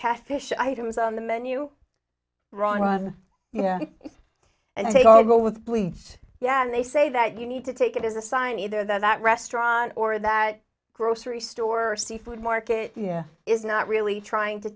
catfish items on the menu wrong you know and they all go with believed you and they say that you need to take it as a sign either that restaurant or that grocery store or seafood market yeah is not really trying to